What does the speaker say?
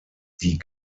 die